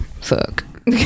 Fuck